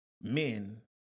men